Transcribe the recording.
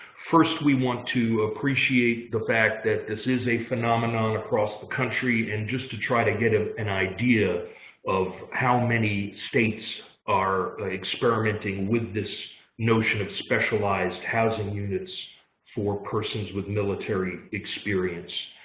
first we want to appreciate the fact that this is a phenomenon across the country and just to try to get an idea of how many states are experimenting with this notion of specialized housing units for persons with military experience.